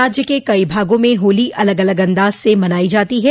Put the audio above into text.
राज्य के कई भागों में होली अलग अलग अंदाज से मनायी जाती है